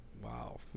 wow